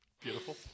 beautiful